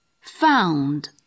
found